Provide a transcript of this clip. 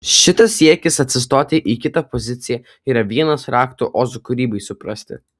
šitas siekis atsistoti į kito poziciją yra vienas raktų ozo kūrybai suprasti